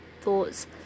thoughts